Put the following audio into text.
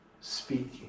speaking